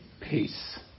Peace